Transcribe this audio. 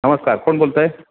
नमस्कार कोण बोलतं आहे